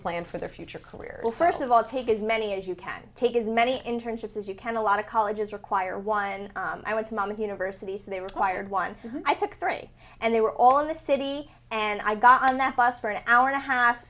plan for their future career well first of all take as many as you can take as many internships as you can a lot of colleges require one and i want a moment universities so they required one i took three and they were all in the city and i got on that bus for an hour and a half